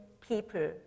people